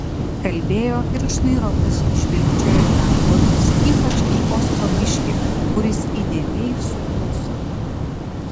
kalbėjo ir šnairomis žvilgčiojo į karo vadus ypač į ostrogiškį kuris įdėmiai sukluso